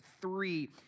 three